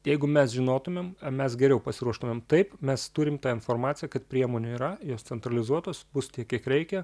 jeigu mes žinotumėm mes geriau pasiruoštumėm taip mes turim tą informaciją kad priemonių yra jos centralizuotos bus tiek kiek reikia